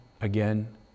again